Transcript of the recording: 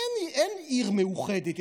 אין עיר מאוחדת,